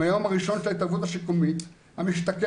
מהיום הראשון של ההתערבות השיקומית המשתקם